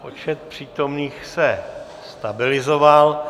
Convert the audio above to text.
Počet přítomných se stabilizoval.